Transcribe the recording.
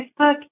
Facebook